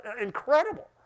incredible